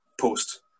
post